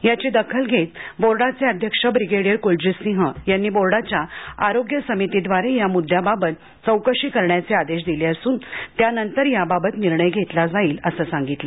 याची दखल घेत बोर्डाचे अध्यक्ष ब्रिगेडिअर कुलजित सिंह यांनी बोर्डाच्या आरोग्य समितीदवारे या मुददयाबाबत चौकशी करण्याचे आदेश दिले असून त्यानंतर याबाबत निर्णय घेतला जाईल असं सांगितलं